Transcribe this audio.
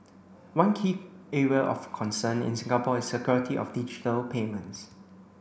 one key area of concern in Singapore is security of digital payments